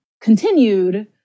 continued